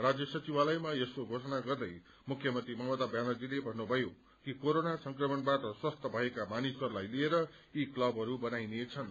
राज्य संविवालयमा यसको घोषणा गर्दै मुख्यमन्त्री ममता व्यानर्जीते भन्नुभयो कि कोरोना संक्रमणबाट स्वस्थ भएका मानिसहरूलाई लिएर यी क्लवहरू बनाइनेछन्